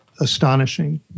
astonishing